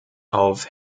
auf